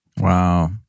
Wow